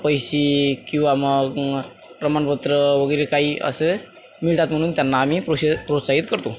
पैसे किंवा मग प्रमाणपत्र वगैरे काही असे मिळतात म्हणून त्यांना आम्ही प्रोशे प्रोत्साहित करतो